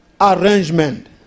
arrangement